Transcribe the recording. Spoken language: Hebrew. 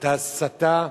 את ההסתה,